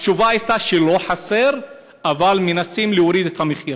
התשובה הייתה שלא חסר אבל מנסים להוריד את המחיר.